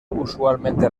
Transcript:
usualmente